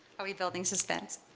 are we building suspense?